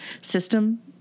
system